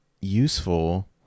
useful